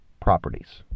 properties